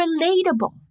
relatable